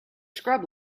scrub